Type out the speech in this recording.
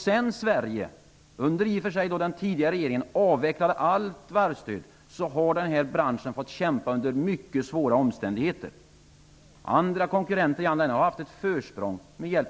Sedan Sverige under den tidigare regeringen avvecklat allt varvsstöd har den här branschen fått kämpa under mycket svåra villkor. Konkurrenter i andra länder har haft ett försprång. Med